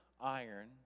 iron